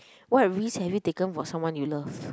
what risks have you taken for someone you love